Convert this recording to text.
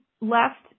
left